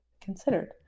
considered